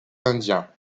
indiens